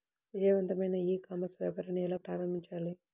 విజయవంతమైన e commerce వ్యాపారాన్ని ఎలా ప్రారంభించాలి?